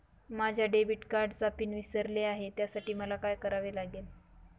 माझ्या डेबिट कार्डचा पिन विसरले आहे त्यासाठी मला काय करावे लागेल?